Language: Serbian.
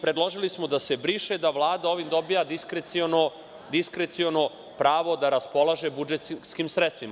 Predložili smo da se briše da Vlada ovim dobija diskreciono pravo da raspolaže budžetskim sredstvima.